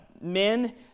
men